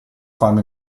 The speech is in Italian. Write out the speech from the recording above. farmi